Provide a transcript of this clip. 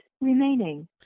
Remaining